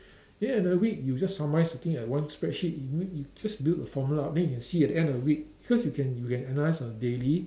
then at the week you just summarise the thing like one spreadsheet in you you just build a formula up then you can see at the end of the week cause you can you can analyse on daily